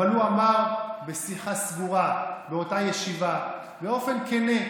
אבל הוא אמר בשיחה סגורה באותה ישיבה באופן כן,